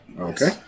Okay